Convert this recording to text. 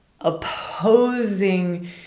opposing